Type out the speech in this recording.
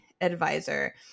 advisor